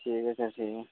ठीक ऐ सर ठीक ऐ